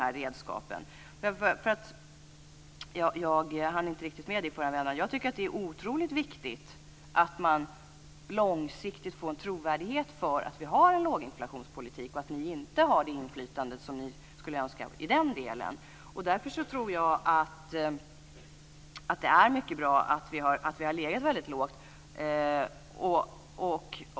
I förra vändan hann jag inte säga att det är otroligt viktigt att vi får en långsiktig trovärdighet för vår låginflationspolitik och att ni inte får det inflytande som ni önskar i det avseendet. Därför tror jag att det är bra att vi har legat väldigt lågt.